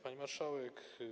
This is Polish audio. Pani Marszałek!